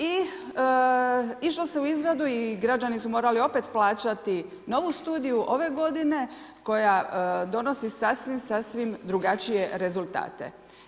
I išlo se u izradu i građani su morali opet plaćati novu studiju, ove godine koja donosi sasvim drugačije rezultate.